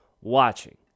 watching